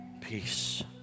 peace